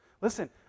Listen